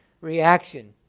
reaction